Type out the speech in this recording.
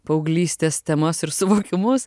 paauglystės temas ir suvokimus